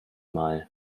mal